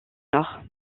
nord